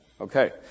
okay